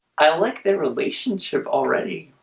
i like their relationship already